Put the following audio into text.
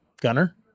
Gunner